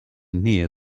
near